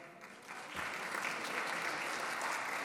(מחיאות כפיים)